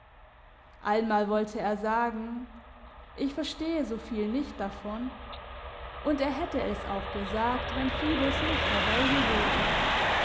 einmal wollte er sagen ich verstehe so viel nicht davon und er hätte es auch gesagt wenn fides nicht dabei gewesen